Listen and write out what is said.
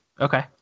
okay